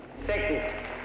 Second